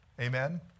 Amen